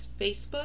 Facebook